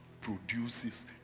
produces